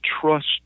trust